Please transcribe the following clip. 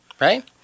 Right